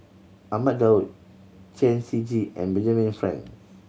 Ahmad Daud Chen Shiji and Benjamin Frank